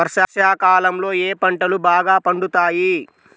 వర్షాకాలంలో ఏ పంటలు బాగా పండుతాయి?